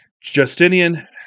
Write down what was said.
Justinian